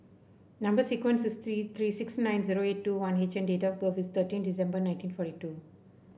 number sequence is three three six nine zero eight two one H and date of birth is thirteen December nineteen forty two